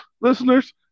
listeners